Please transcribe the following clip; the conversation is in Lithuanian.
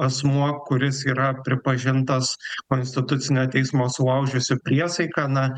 asmuo kuris yra pripažintas konstitucinio teismo sulaužiusiu priesaiką na